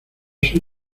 sus